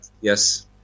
yes